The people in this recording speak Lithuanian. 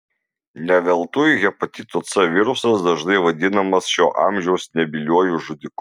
ne veltui hepatito c virusas dažnai vadinamas šio amžiaus nebyliuoju žudiku